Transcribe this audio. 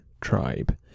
tribe